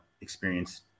experience